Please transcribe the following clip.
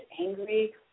angry